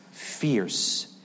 fierce